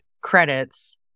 credits